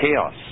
chaos